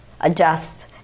adjust